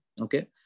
okay